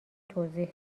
توضیح